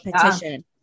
petition